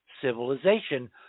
civilization